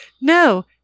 No